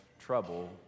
trouble